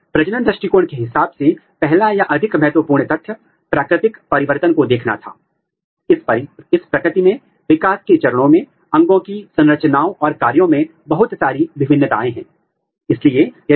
लेकिन एक कंट्रोल की तरह आप एक सेंस प्रोब को भी बनाएंगे यह वास्तव में यह सुनिश्चित करने के लिए है कि बैकग्राउंड सिग्नल क्या है